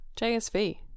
JSV